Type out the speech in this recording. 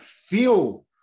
feel